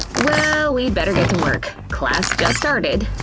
well, we'd better get to work, class just started!